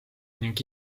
ning